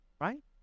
right